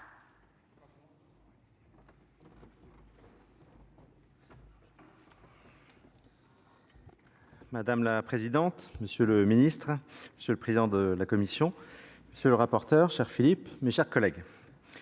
madame la présidente monsieur le ministre monsieur le président de la commission monsieur le rapporteur cher philippe mes chers collègues